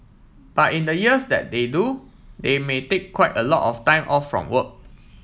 but in the years that they do they may take quite a lot of time off from work